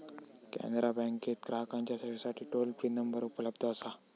कॅनरा बँकेत ग्राहकांच्या सेवेसाठी टोल फ्री नंबर उपलब्ध असा